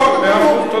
טוב, מאה אחוז, תודה.